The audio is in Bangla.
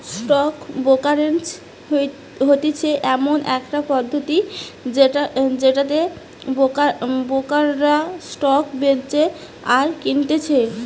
স্টক ব্রোকারেজ হতিছে এমন একটা পদ্ধতি যেটাতে ব্রোকাররা স্টক বেচে আর কিনতেছে